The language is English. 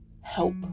help